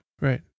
Right